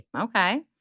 Okay